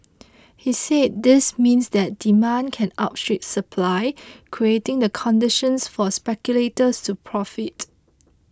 he said this means that demand can outstrip supply creating the conditions for speculators to profit